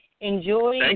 Enjoy